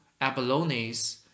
abalone's